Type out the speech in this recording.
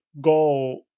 go